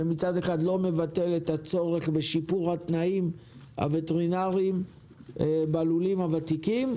שמצד אחד לא מבטל את הצורך בשיפור התנאים הווטרינרים בלולים הוותיקים,